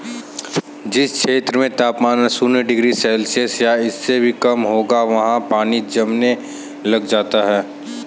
जिस क्षेत्र में तापमान शून्य डिग्री सेल्सियस या इससे भी कम होगा वहाँ पानी जमने लग जाता है